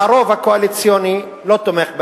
והרוב הקואליציוני לא תומך בהם,